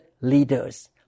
leaders